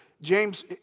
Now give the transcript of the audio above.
James